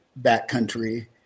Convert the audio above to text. backcountry